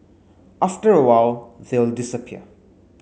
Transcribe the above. after a while they'll disappear